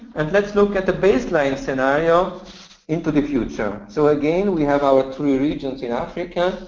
and let's look at the baseline scenario into the future. so again, we have our three regions in africa.